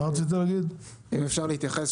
אם אפשר להתייחס.